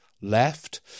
left